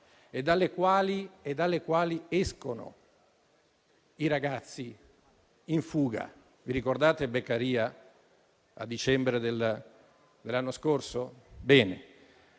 e dalle quali escono i ragazzi in fuga. Vi ricordate il Beccaria a dicembre dell'anno scorso? Ci